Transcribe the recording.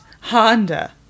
Honda